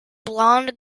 blonde